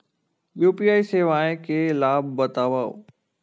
UPI सेवाएं के लाभ बतावव?